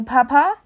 Papa